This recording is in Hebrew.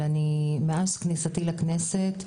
אבל מאז כניסתי לכנסת,